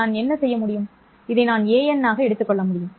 நான் என்ன செய்ய முடியும் இதை நான் ஒரு உரிமையாக எடுக்க முடியும்